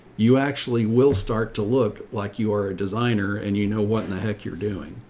you actually will start to look like you are a designer and you know what in the heck you're doing,